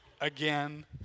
Again